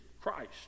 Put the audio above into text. Christ